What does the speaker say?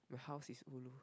my house is ulu